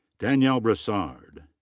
danielle brassard.